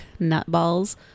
Nutballs